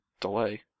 delay